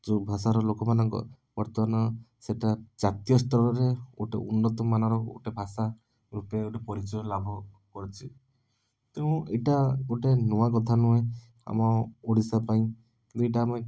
ଯେଉଁ ଭାଷାର ଲୋକମାନଙ୍କ ବର୍ତ୍ତମାନ ସେଇଟା ଜାତୀୟସ୍ତରରେ ଗୋଟେ ଉନ୍ନତମାନର ଗୋଟେ ଭାଷାରୂପେ ଗୋଟେ ପରିଚୟ ଲାଭ କରିଛି ତେଣୁ ଏଇଟା ଗୋଟେ ନୂଆ କଥା ନୁହେଁ ଆମ ଓଡ଼ିଶା ପାଇଁ କିନ୍ତୁ ଏଇଟା ଆମେ